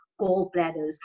gallbladders